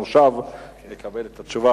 תשובות היו במשך התקופה שאתה שר החקלאות,